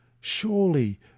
Surely